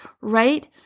right